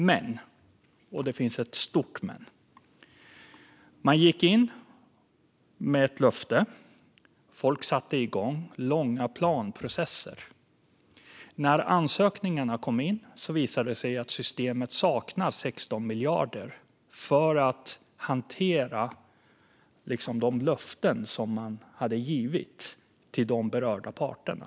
Men - och det är ett stort men - man gick in med ett löfte, folk satte igång, och det var långa planprocesser. När ansökningarna kom in visade det sig att systemet saknade 16 miljarder för att hantera de löften man hade givit till de berörda parterna.